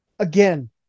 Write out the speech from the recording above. Again